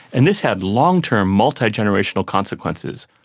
and this had long-term multigenerational consequences.